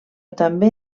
també